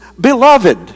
beloved